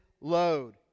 load